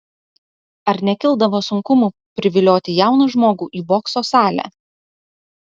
ar nekildavo sunkumų privilioti jauną žmogų į bokso salę